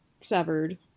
severed